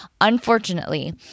unfortunately